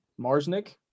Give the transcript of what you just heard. Marsnick